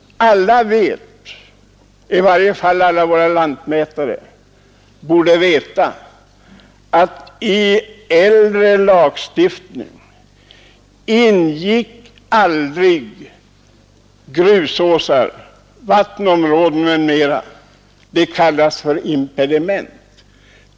Alla — i varje fall alla våra lantmätare — borde veta att i äldre lagstiftning ingick aldrig grusåsar, vattenområden m.m.; det kallas impediment.